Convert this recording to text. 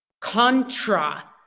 contra